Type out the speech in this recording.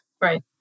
Right